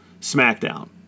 SmackDown